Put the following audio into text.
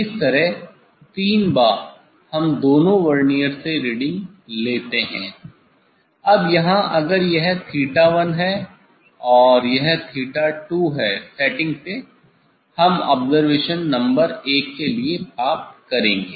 इस तरह 3 बार हम दोनों वर्नियर से रीडिंग लेते हैं अब यहाँ अगर यह '𝚹1' है और यह '𝚹2' है सेटिंग से हम ऑब्जरवेशन नंबर 1 के लिए प्राप्त करेंगे